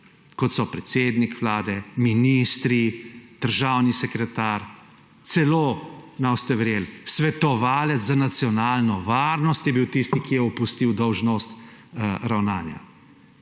kot so predsednik Vlade, ministri, državni sekretar, ne boste verjeli, celo svetovalec za nacionalno varnost je bil tisti, ki je opustil dolžnost ravnanja.